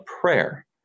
prayer